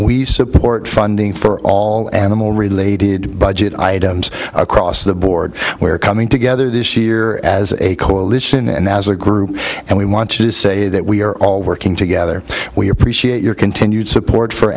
we support funding for all animal related budget items across the board where coming together this year as a coalition and as a group and we want to say that we are all working together we appreciate your continued support for